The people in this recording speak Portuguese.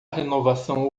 renovação